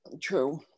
True